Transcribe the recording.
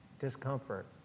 Discomfort